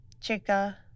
Chica